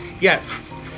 Yes